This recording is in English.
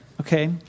Okay